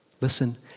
Listen